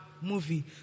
movie